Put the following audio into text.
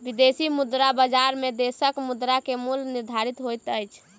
विदेशी मुद्रा बजार में देशक मुद्रा के मूल्य निर्धारित होइत अछि